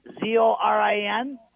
Z-O-R-I-N